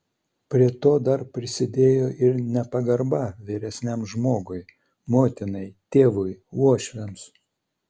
prie to dar prisidėjo ir nepagarba vyresniam žmogui motinai tėvui uošviams